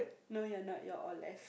no you are not you are all left